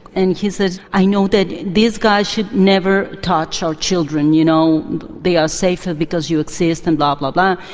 and he says, i know that these guys should never touch our children, you know they are safer because you exist and blah, blah, blah.